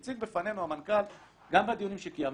הציג בפנינו המנכ"ל גם בדיונים שקיימנו